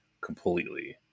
completely